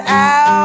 out